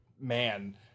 man